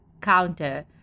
counter